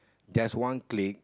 just one click